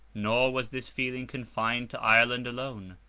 nor was this feeling confined to ireland alone,